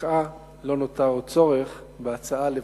ומשפקעה לא נותר עוד צורך בהצעה לבטלה.